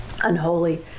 Unholy